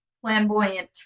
flamboyant